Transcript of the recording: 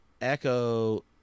echo